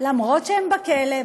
אף שהם בכלא.